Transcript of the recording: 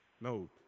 No